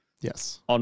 Yes